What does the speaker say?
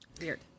Weird